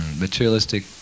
materialistic